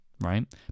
right